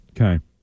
Okay